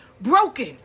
broken